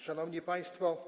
Szanowni Państwo!